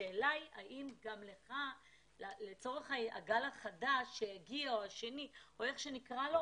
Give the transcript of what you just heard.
השאלה היא האם גם לצורך הגל החדש שיגיע או השני או איך שנקרא לו,